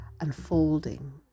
unfolding